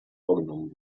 vorgenommen